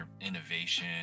innovation